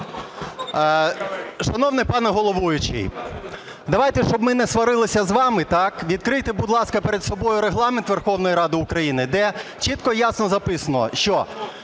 Шановний пане головуючий, давайте, щоб ми не сварилися з вами, відкрийте, будь ласка, перед собою Регламент Верховної Ради України, де чітко і ясно записано, що